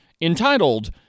entitled